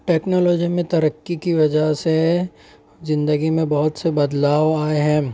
technology میں ترقی کی وجہ سے زندگی میں بہت سے بدلاؤ آئے ہیں